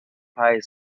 eric